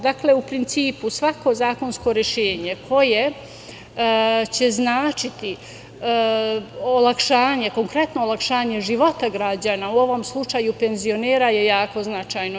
Dakle, u principu, svako zakonsko rešenje koje će značiti olakšanje, konkretno olakšanje života građana, u ovom slučaju penzionera, je jako značajno.